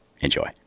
Enjoy